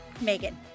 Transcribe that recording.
Megan